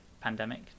pandemic